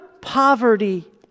poverty